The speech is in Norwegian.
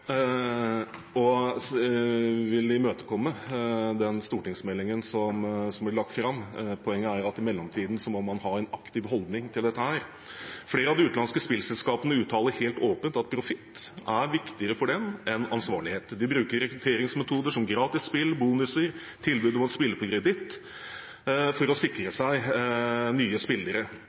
vil imøtese den stortingsmeldingen som blir lagt fram. Poenget er at i mellomtiden må man ha en aktiv holdning til dette. Flere av de utenlandske spillselskapene uttaler helt åpent at profitt er viktigere for dem enn ansvarlighet. De bruker rekrutteringsmetoder som gratis spill, bonuser og tilbud om å spille på kreditt for å sikre seg nye spillere.